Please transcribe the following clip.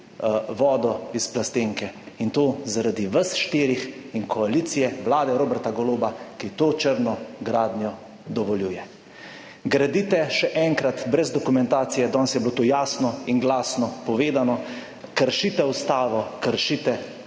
vodo iz plastenke in to zaradi vas štirih in koalicije, Vlade Roberta Goloba, ki to črno gradnjo dovoljuje. Gradite, še enkrat, brez dokumentacije. Danes je bilo to jasno in glasno povedano, kršite Ustavo, kršite